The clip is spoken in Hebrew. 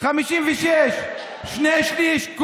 56%, שני שלישים.